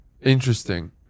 interesting